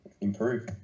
improve